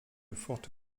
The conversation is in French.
forte